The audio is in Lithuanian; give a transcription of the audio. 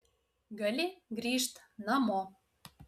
gali grįžt namo